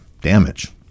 damage